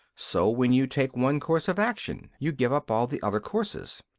so when you take one course of action you give up all the other courses.